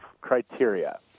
criteria